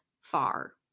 far